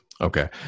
Okay